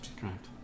Correct